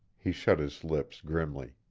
he shut his lips grimly.